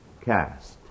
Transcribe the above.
cast